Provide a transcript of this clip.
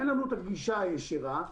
אין לנו גישה ישירה,